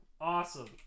awesome